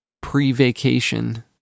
pre-vacation